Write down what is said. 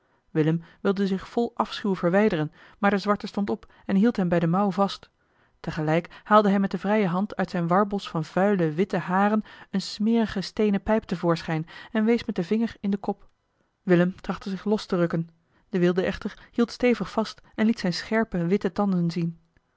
willem wilde zich vol afschuw verwijderen maar de zwarte stond op en hield hem bij de mouw vast tegelijk haalde hij met de vrije hand uit zijn warbosch van vuile witte haren eene smerige steenen pijp te voorschijn en wees met den vinger in den kop willem trachtte zich los te rukken de wilde echter hield stevig vast en liet zijne scherpe witte tanden zien